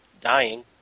dying